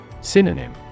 Synonym